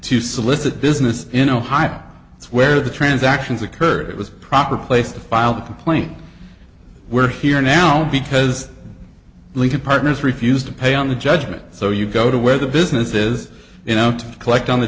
to solicit business in ohio it's where the transactions occurred it was proper place to file the complaint we're here now because lincoln partners refused to pay on the judgment so you go to where the business is you know to collect on the